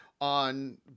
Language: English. on